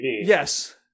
Yes